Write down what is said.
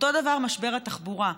אותו דבר משבר התחבורה.